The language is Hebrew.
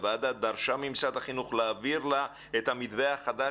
הוועדה דרשה ממשרד החינוך להעביר לה את המתווה החדש